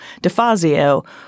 DeFazio